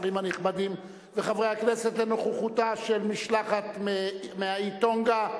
השרים הנכבדים וחברי הכנסת לנוכחותה של משלחת מהאי טונגה,